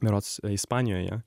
berods ispanijoje